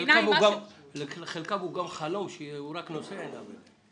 בעיני --- לחלקם הוא גם חלום שהוא רק נושא אליו עיניים.